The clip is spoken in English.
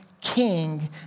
king